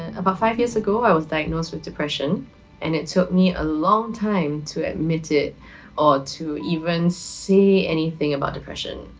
about five years ago i was diagnosed with depression and it took me a long time to admit it or to even say anything about depression.